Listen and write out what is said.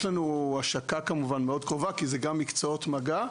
יש לנו השקה כמובן מאוד קרובה כי זה גם מקצועות מגע.